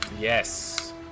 Yes